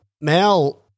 Mal –